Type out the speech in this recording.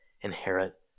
inherit